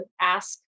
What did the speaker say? ask